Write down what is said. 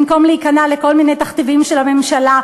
במקום להיכנע לכל מיני תכתיבים של הממשלה,